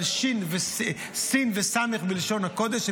אבל שי"ן וסמ"ך מתחלפות בלשון הקודש.